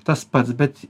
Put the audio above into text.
tas pats bet